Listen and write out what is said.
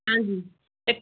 ਹਾਂਜੀ ਅਤੇ